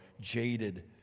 jaded